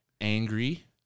angry